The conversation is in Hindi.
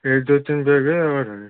यही दो तीन बैग है या और है